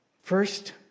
First